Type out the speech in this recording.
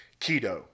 keto